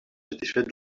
satisfet